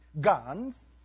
guns